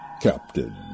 Captain